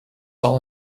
all